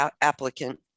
applicant